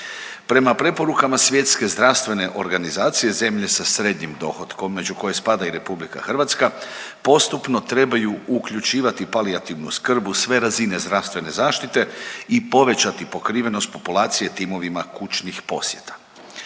Prema preporukama Svjetske zdravstvene organizacije zemlje sa srednjim dohotkom, među koje spada i RH, postupno trebaju uključivati palijativnu skrb u sve razine zdravstvene zaštite i povećati pokrivenost populacije timovima kućnih posjeta.